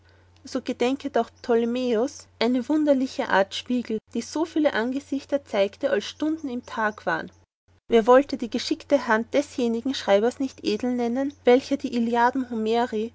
so gedenket auch ptolomäus eine wunderliche art spiegel die so viel angesichter zeigten als stunden im tag waren wer wollte die geschickte hand desjenigen schreibers nicht edel nennen welcher die